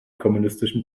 kommunistischen